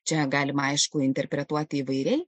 čia galima aišku interpretuoti įvairiai